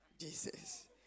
Jesus